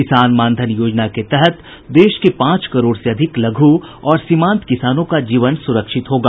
किसान मानधन योजना के तहत देश के पांच करोड़ से अधिक लघु और सीमांत किसानों का जीवन सुरक्षित होगा